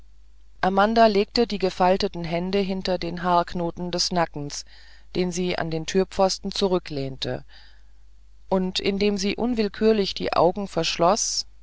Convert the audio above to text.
amanda legte die gefalteten hände hinter den haarknoten des nackens den sie an den türpfosten zurücklehnte und indem sie unwillkürlich die augen